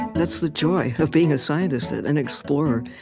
that's the joy of being a scientist and explorer.